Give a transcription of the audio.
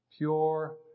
pure